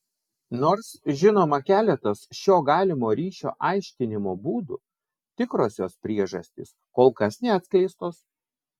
nors žinoma keletas šio galimo ryšio aiškinimo būdų tikrosios priežastys kol kas neatskleistos